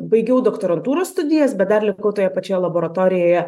baigiau doktorantūros studijas bet dar likau toje pačioje laboratorijoje